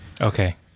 Okay